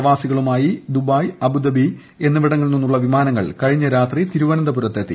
പ്രവാസികളുമായി Dubai Abu Dhabi എന്നിവിടങ്ങളിൽ നിന്നുള്ള വിമാനങ്ങൾ കഴിഞ്ഞ രാത്രി തിരുവന്തപുരത്ത് എത്തി